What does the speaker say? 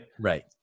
right